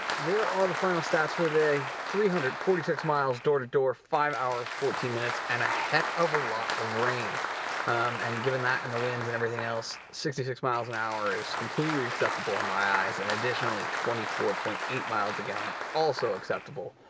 there are the final stats for the day three hundred and forty six miles door to door. five hours, fourteen minutes and a heck of a lot of rain and given that and the winds and everything else sixty six miles an hour is completely acceptable in my eyes. additionally twenty four point eight miles a gallon also acceptable.